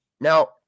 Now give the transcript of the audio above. Now